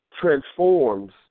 Transforms